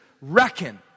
reckon